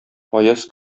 аяз